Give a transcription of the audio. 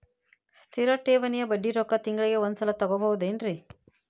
ಸ್ಥಿರ ಠೇವಣಿಯ ಬಡ್ಡಿ ರೊಕ್ಕ ತಿಂಗಳಿಗೆ ಒಂದು ಸಲ ತಗೊಬಹುದೆನ್ರಿ?